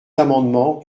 amendement